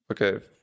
okay